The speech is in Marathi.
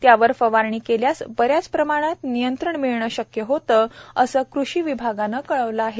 त्यावर फवारणी केल्यास बऱ्याच प्रमाणात नियंत्रण मिळणे शक्य होते असे कृषी विभागाने कळविले आहे